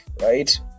right